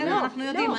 בסדר, אנחנו יודעים,